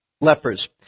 Lepers